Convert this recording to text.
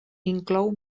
inclou